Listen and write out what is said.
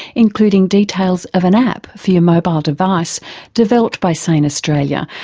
including details of an app for your mobile device developed by sane australia,